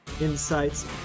insights